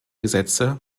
gesetze